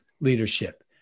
leadership